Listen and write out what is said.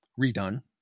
redone